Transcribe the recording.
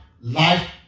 Life